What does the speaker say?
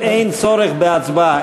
אתה חייב להזים את השמועות.